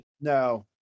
No